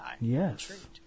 Yes